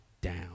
down